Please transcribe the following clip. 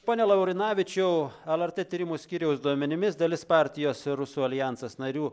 pone laurinavičiau lrt tyrimų skyriaus duomenimis dalis partijos rusų aljansas narių